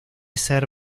ser